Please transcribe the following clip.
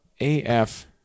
AF